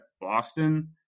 Boston